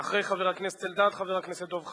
אחרי חבר הכנסת אלדד, חבר הכנסת דב חנין.